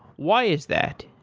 why is that?